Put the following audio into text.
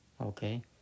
okay